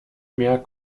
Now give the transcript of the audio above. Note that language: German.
mehr